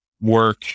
work